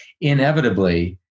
Inevitably